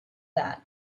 that